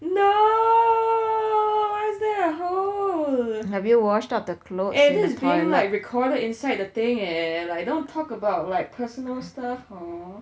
no why is there a hole eh this is like being recorded inside the thing eh like don't talk about like personal stuff hor